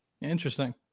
Interesting